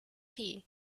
tea